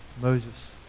Moses